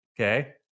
okay